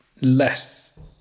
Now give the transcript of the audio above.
less